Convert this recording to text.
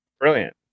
Brilliant